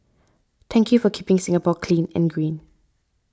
thank you for keeping Singapore clean and green